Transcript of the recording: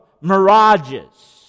mirages